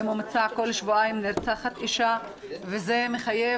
בממוצע כל שבועיים נרצחת אישה וזה מחייב